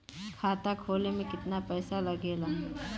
खाता खोले में कितना पैसा लगेला?